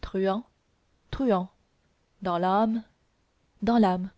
truand truand dans l'âme dans l'âme